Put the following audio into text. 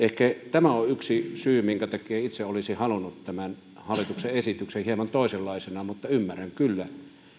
tämä on yksi syy minkä takia itse olisin halunnut tämän hallituksen esityksen hieman toisenlaisena mutta ymmärrän kyllä